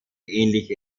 ähnliche